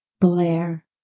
Blair